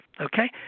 okay